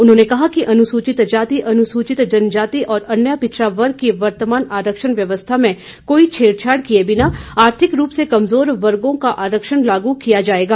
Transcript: उन्होंने कहा कि अनुसूचित जाति अनुसूचित जनजाति और अन्य पिछड़ा वर्ग की वर्तमान आरक्षण व्यवस्था में कोई छेड़छाड़ किए बिना आर्थिक रूप से कमजोर वर्गो का आरक्षण लागू किया जाएगा